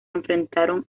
enfrentaron